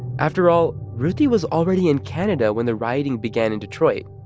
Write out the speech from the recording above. after all, ruthie was already in canada when the rioting began in detroit.